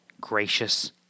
Gracious